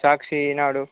Sakshi Eenadu